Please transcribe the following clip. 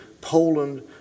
Poland